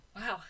Wow